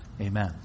Amen